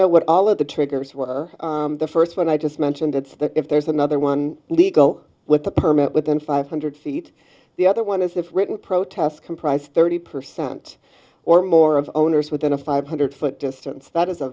know what all of the triggers were the first one i just mentioned it's that if there's another one illegal with the permit within five hundred feet the other one is the written protest comprise thirty percent or more of owners within a five hundred foot distance that is a